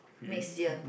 next year